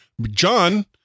John